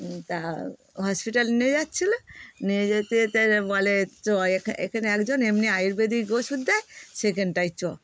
তা হসপিটাল নিয়ে যাচ্ছিলো নিয়ে যেতে যেতে বলে চ এখা এখানে একজন এমনি আয়ুর্বেদিক ওষুধ দেয় সেখানটায় চ